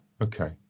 okay